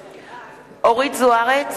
(קוראת בשמות חברי הכנסת) אורית זוארץ,